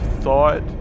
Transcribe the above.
thought